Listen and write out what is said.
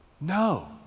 No